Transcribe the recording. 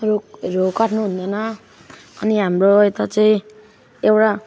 रुखहरू काट्नु हुँदैन अनि हाम्रो यता चाहिँ एउटा